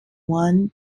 one